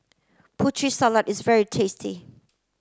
Putri Salad is very tasty